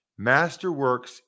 Masterworks